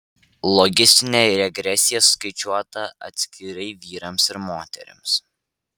logistinė regresija skaičiuota atskirai vyrams ir moterims